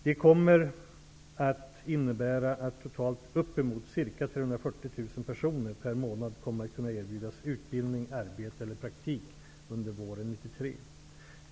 Det kommer att innebära att totalt uppemot ca 340 000 personer per månad kommer att kunna erbjudas utbildning, arbete eller praktik under våren 1993.